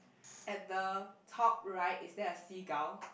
at the top right is there a seagull